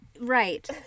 Right